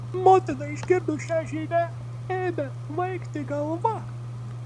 motinai išgirdus šią žinią ėmė svaigti galva